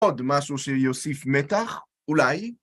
עוד משהו שיוסיף מתח? אולי?